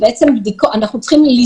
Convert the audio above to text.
לא